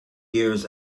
years